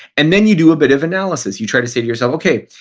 and then you do a bit of analysis. you try to say to yourself, okay,